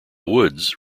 woods